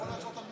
לפני כארבע